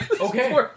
okay